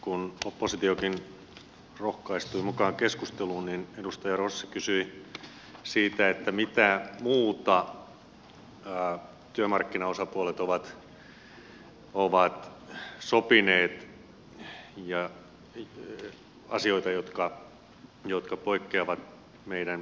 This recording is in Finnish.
kun oppositiokin rohkaistui mukaan keskusteluun niin edustaja rossi kysyi siitä mitä muita asioita työmarkkinaosapuolet ovat sopineet jotka poikkeavat meidän verojärjestelmästä